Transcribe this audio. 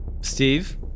Steve